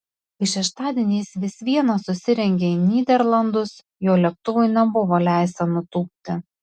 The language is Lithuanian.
kai šeštadienį jis vis viena susirengė į nyderlandus jo lėktuvui nebuvo leista nutūpti